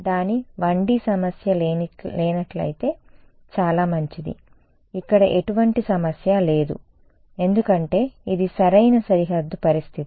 దాని 1 D సమస్య లేనట్లయితే చాలా మంచిది ఇక్కడ ఎటువంటి సమస్య లేదు ఎందుకంటే ఇది సరైన సరిహద్దు పరిస్థితి